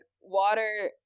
water